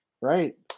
Right